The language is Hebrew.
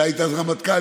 אתה היית אז רמטכ"ל,